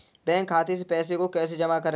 Bank खाते से पैसे को कैसे जमा करें?